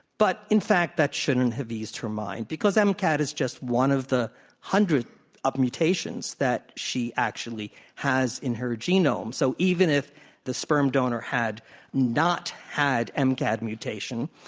but, in fact, that shouldn't have eased her mind, because mcad is just one of the hundreds of mutations that she actually has in her genome, so even if the sperm donor had not had mcad mutation,